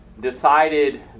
decided